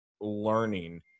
learning –